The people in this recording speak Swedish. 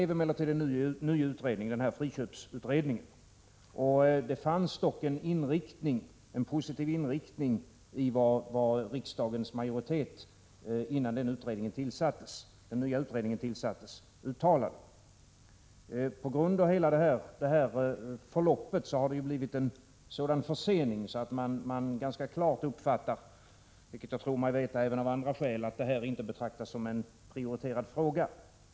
Vi fick en ny utredning, friköpsutredningen, men det fanns dock en positiv inriktning i vad riksdagens majoritet uttalade innan denna utredning tillsattes. På grund av detta förlopp har det blivit en sådan försening att vi ganska klart uppfattat, vilket vi vet även av andra skäl, att detta inte betraktas som en prioriterad fråga.